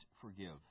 forgive